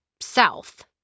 south